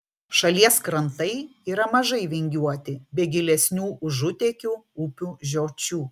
šalies krantai yra mažai vingiuoti be gilesnių užutėkių upių žiočių